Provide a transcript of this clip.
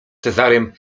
cezarym